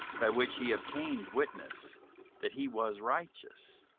by which he obtained witness that he was righteous,